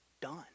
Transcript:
done